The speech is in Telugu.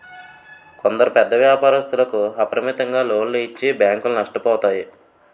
కొందరు పెద్ద వ్యాపారస్తులకు అపరిమితంగా లోన్లు ఇచ్చి బ్యాంకులు నష్టపోతాయి